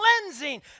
cleansing